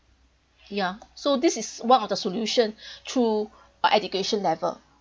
yeah so this is one of the solution through our education level